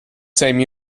same